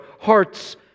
hearts